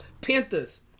Panthers